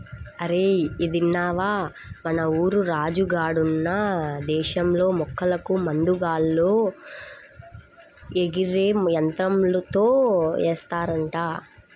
అరేయ్ ఇదిన్నవా, మన ఊరు రాజు గాడున్న దేశంలో మొక్కలకు మందు గాల్లో ఎగిరే యంత్రంతో ఏస్తారంట